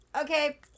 okay